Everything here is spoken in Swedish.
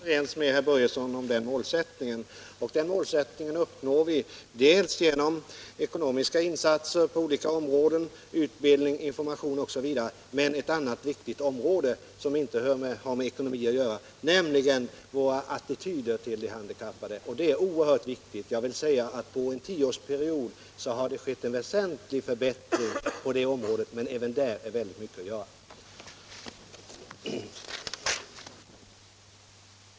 Herr talman! Jag är helt överens med herr Börjesson om den målsättningen, och den uppnår vi delvis genom ekonomiska insatser på olika områden — utbildning, information osv. En annan viktig del som inte har med ekonomi att göra men som är oerhört viktig är våra attityder till de handikappade. Under en tioårsperiod har det skett en väsentlig förbättring i det fallet, men väldigt mycket återstår att göra även där.